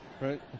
right